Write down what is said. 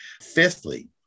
Fifthly